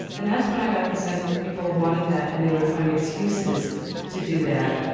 and that's when i got the sense that people wanted that and they would find excuses to do that.